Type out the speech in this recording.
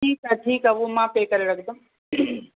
ठीकु आहे ठीकु आहे उहो मां पे करे रखंदमि